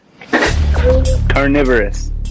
Carnivorous